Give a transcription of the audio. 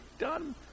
done